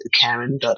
Karen